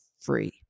free